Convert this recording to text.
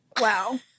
Wow